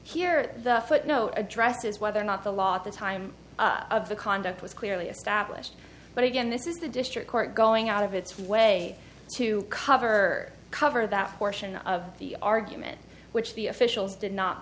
here the footnote addressed is whether or not the law at the time of the conduct was clearly established but again this is the district court going out of its way to cover cover that portion of the argument which the officials did not